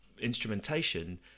instrumentation